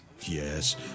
Yes